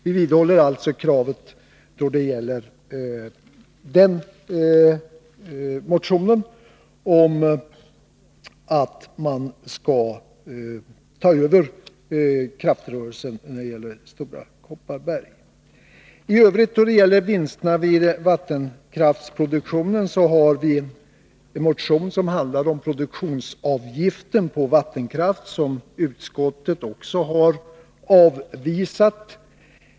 Vi vidhåller alltså kravet i den motionen — att man skall ta över kraftrörelsen i Stora Kopparberg. Beträffande vinsterna av vattenkraftproduktionen har vi väckt en motion som behandlar produktionsavgifter på vattenkraft. Denna motion har utskottet också avvisat.